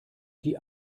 die